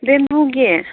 ꯕꯦꯝꯕꯨꯒꯤ